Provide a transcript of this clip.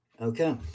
okay